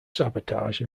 sabotage